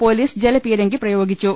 police ജലപീരങ്കി പ്രയോഗിച്ചു